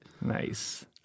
Nice